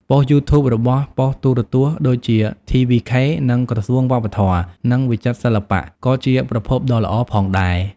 ប៉ុស្តិ៍ YouTube របស់ប៉ុស្តិ៍ទូរទស្សន៍ដូចជា TVK និងក្រសួងវប្បធម៌ និងវិចិត្រសិល្បៈក៏ជាប្រភពដ៏ល្អផងដែរ។